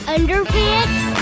Underpants